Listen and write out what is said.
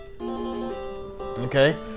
Okay